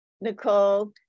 Nicole